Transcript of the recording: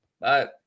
Bye